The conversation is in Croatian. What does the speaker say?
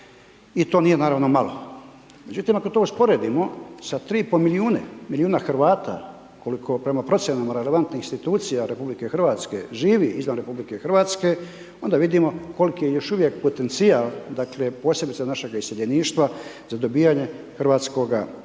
I to nije naravno malo. Međutim, ako to usporedimo sa 3,5 milijuna Hrvata koliko prema procjenama relevantnih institucija RH živi izvan RH onda vidimo koliki je još uvijek potencijal dakle posebice našega iseljeništva za dobivanje hrvatskoga